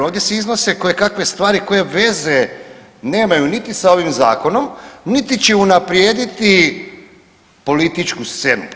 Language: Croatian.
Ovdje se iznose kojekakve stvari koje veze nemaju niti sa ovim Zakonom niti će unaprijediti političku scenu.